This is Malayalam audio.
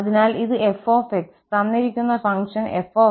അതിനാൽ ഇത് f തന്നിരിക്കുന്ന ഫംഗ്ഷൻ f